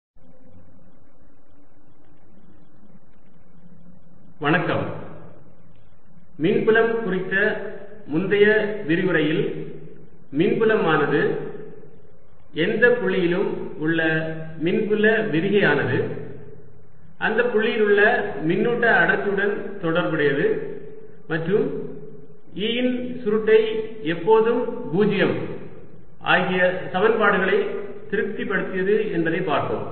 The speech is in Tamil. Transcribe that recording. நிலை மின்னழுத்தம் மின்புலம் குறித்த முந்தைய விரிவுரையில் மின்புலமானது எந்த புள்ளியிலும் உள்ள மின்புல விரிகையானது அந்த புள்ளியில் உள்ள மின்னூட்ட அடர்த்தியுடன் தொடர்புடையது மற்றும் E இன் சுருட்டை எப்போதும் 0 ஆகிய சமன்பாடுகளை திருப்திப்படுத்தியது என்பதை பார்த்தோம்